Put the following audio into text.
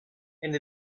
and